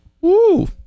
Woo